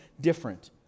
different